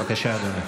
בבקשה, אדוני.